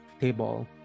table